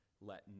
Let